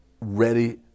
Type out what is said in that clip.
ready